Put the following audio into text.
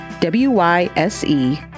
W-Y-S-E